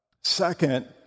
Second